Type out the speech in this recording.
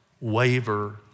waver